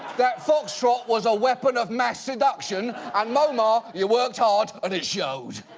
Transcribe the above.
that foxtrot was a weapon of mass seduction. and, muammar. you worked hard and it showed.